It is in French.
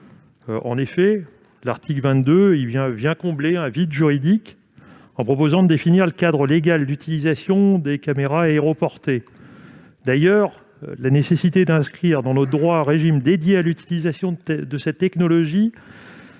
utile, puisqu'il vient combler un vide juridique, en proposant de définir le cadre légal d'utilisation des caméras aéroportées. La nécessité d'inscrire dans notre droit un régime dédié à l'utilisation de cette technologie